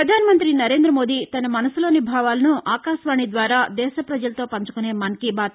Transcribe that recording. ప్రధాన మంతి నరేంద్ర మోదీ తన మనసులోని భావాలను ఆకాశవాణి ద్వారా దేశ ప్రజలతో పంచుకొనే మన్ కీ బాత్